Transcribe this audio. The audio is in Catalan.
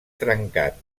trencat